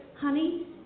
honey